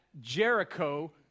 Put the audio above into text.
Jericho